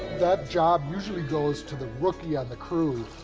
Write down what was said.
that job usually goes to the rookie on the crew,